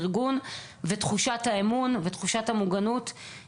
תחושת האמון ותחושת המוגנות שאנחנו נותנים,